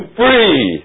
free